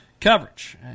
coverage